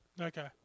Okay